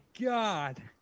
God